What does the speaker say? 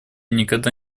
никогда